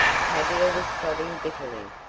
tavia was sobbing bitterly.